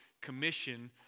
commission